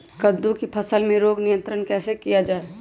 कददु की फसल में रोग नियंत्रण कैसे किया जाए?